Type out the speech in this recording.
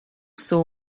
saw